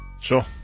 Sure